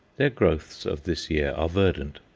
their growths of this year are verdant,